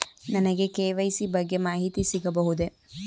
ನನಗೆ ಕೆ.ವೈ.ಸಿ ಬಗ್ಗೆ ಮಾಹಿತಿ ಸಿಗಬಹುದೇ?